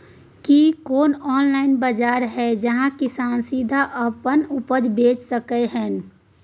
की कोनो ऑनलाइन बाजार हय जहां किसान सीधा अपन उपज बेच सकलय हन?